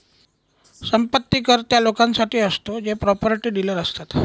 संपत्ती कर त्या लोकांसाठी असतो जे प्रॉपर्टी डीलर असतात